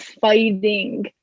fighting